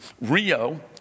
Rio